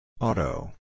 auto